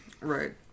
Right